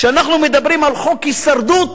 כשאנחנו מדברים על חוק הישרדות,